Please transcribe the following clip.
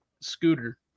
scooter